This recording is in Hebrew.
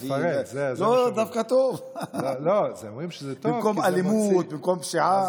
זה דווקא טוב, במקום אלימות, במקום פשיעה.